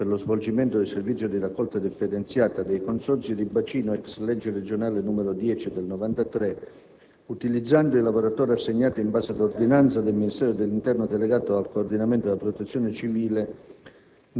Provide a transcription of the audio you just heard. per lo svolgimento del servizio di raccolta differenziata dei Consorzi di bacino *ex* legge regionale n. 10 del 1993, utilizzando i lavoratori assegnati in base all'ordinanza del Ministero dell'interno delegato al coordinamento della Protezione civile